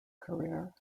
career